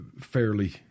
fairly